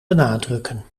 benadrukken